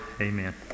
Amen